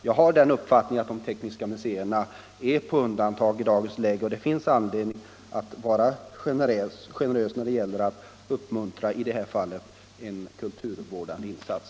Jag har den uppfattningen att de tekniska museerna är satta på undantag i dagens läge, och det finns anledning att vara generös när det gäller att i det här fallet uppmuntra en kulturvårdande insats.